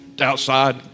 outside